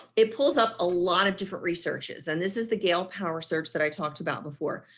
it pulls up a lot of different researches and this is the gale power search that i talked about before,